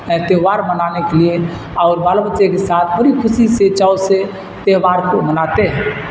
تہوار منانے کے لیے اور بال بچے کے ساتھ پوری خوشی سے چاو سے تہوار کو مناتے ہیں